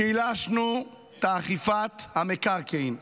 שילשנו את אכיפת המקרקעין.